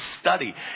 study